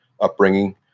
upbringing